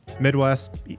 Midwest